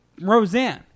Roseanne